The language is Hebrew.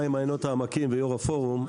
אחרות.